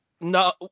No